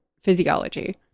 physiology